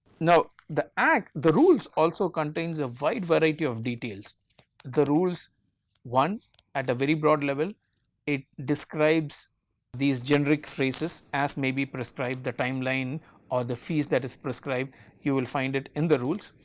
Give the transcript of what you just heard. now, the act the rules also contains a wide variety of details the rules one at a very broad level it describes these generic phrases as may be prescribed the timeline or the fees that is prescribed you will find it in the rules.